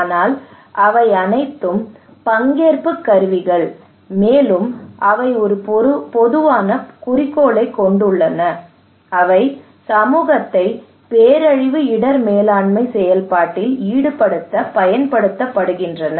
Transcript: ஆனால் அவை அனைத்தும் பங்கேற்பு கருவிகள் மேலும் அவை ஒரு பொதுவான குறிக்கோளைக் கொண்டுள்ளன அவை சமூகத்தை பேரழிவு இடர் மேலாண்மை செயல்பாட்டில் ஈடுபடுத்த பயன்படுத்தப்படுகின்றன